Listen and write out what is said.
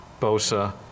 Bosa